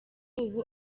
ubu